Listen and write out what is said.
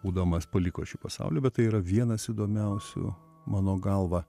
būdamas paliko šį pasaulį tai yra vienas įdomiausių mano galva